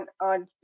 on